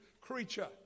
creature